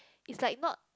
it's like not